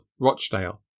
Rochdale